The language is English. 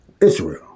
Israel